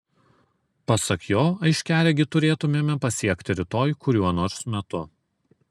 pasak jo aiškiaregį turėtumėme pasiekti rytoj kuriuo nors metu